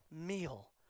meal